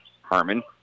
Harmon